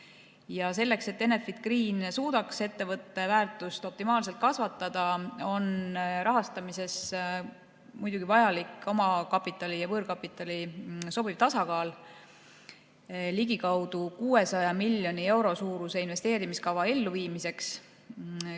selleks, et Enefit Green suudaks ettevõtte väärtust optimaalselt kasvatada, on rahastamises muidugi vajalik omakapitali ja võõrkapitali sobiv tasakaal ligikaudu 600 miljoni euro suuruse investeerimiskava elluviimiseks.